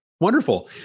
Wonderful